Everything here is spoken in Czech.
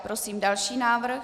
Prosím další návrh.